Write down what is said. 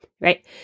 right